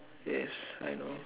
yes I know